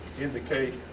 indicate